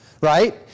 right